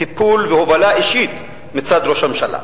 טיפול והובלה אישית מצד ראש הממשלה.